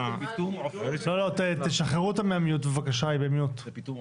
לא, תשחררו אותה מה-mute בבקשה, היא ב-mute.